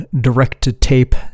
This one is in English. direct-to-tape